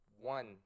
one